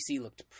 looked